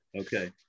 okay